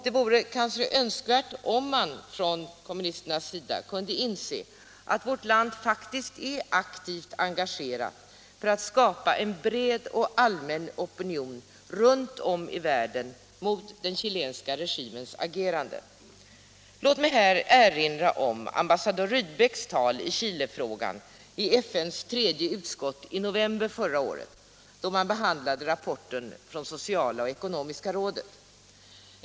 Det vore kanske önskvärt om vpk:s ledamöter kunde inse att vårt land faktiskt är aktivt engagerat för att skapa en bred och allmän opinion runt om i världen mot den' chilenska regimens agerande. Låt mig erinra om ambassadör Rydbecks tal i Chilefrågan i FN:s tredje utskott i november förra året, då man behandlade rapporten från sociala och ekonomiska rådet.